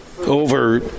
over